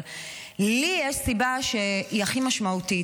אבל לי יש סיבה שהיא הכי משמעותית,